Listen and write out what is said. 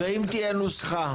ואם תהיה נוסחה?